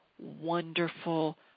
wonderful